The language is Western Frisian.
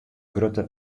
grutte